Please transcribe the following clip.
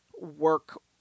work